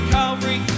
Calvary